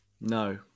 No